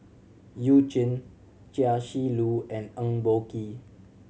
You Jin Chia Shi Lu and Eng Boh Kee